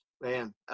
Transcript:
man